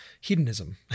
hedonism